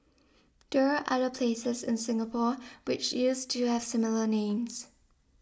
there are other places in Singapore which used to have similar names